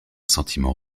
sentiment